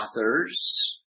authors